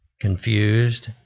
confused